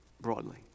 broadly